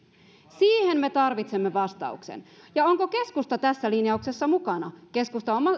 siihen me tarvitsemme vastauksen ja onko keskusta tässä linjauksessa mukana keskusta